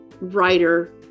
writer